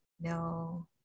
No